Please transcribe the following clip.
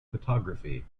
photography